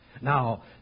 Now